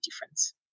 difference